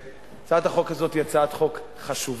הצעת החוק הזאת היא הצעת חוק חשובה,